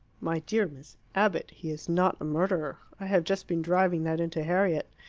my dear miss abbott, he is not a murderer. i have just been driving that into harriet.